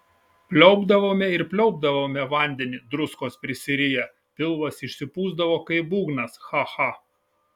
pliaupdavome ir pliaupdavome vandenį druskos prisiriję pilvas išsipūsdavo kaip būgnas cha cha